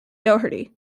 doherty